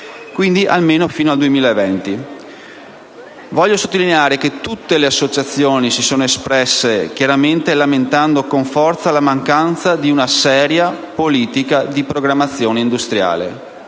almeno fino al 2020. Voglio sottolineare che tutte le associazioni hanno lamentato con forza la mancanza di una seria politica di programmazione industriale.